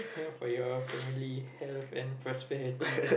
health for your family health and prosperity